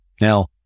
Now